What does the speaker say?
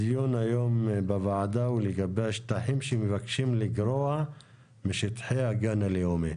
הדיון היום בוועדה הוא לגבי שטחים שמבקשים לגרוע משטחי הגן הלאומי.